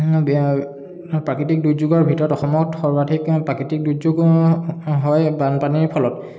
প্ৰাকৃতিক দুৰ্যোগৰ ভিতৰত অসমত সৰ্বাধিক প্ৰাকৃতিক দুৰ্যোগ হয় বানপানীৰ ফলত